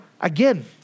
again